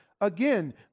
Again